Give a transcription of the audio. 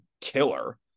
killer